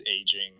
aging